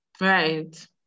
Right